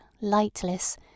lightless